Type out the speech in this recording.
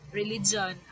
religion